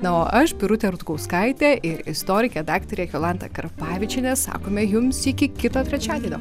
na o aš birutė rutkauskaitė ir istorikė daktarė jolanta karpavičienė sakome jums iki kito trečiadienio